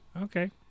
Okay